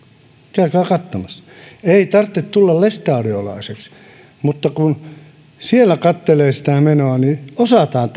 käykää katsomassa ei tarvitse tulla lestadiolaiseksi mutta kun katselee sitä menoa niin siellä osataan